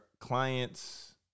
client's